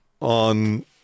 on